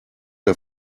der